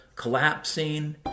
Collapsing